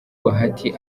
bahati